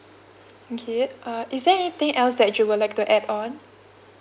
okay uh is there anything else that you would like to add on